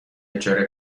اجاره